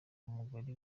umugore